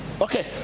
Okay